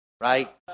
right